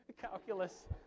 calculus